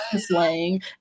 slang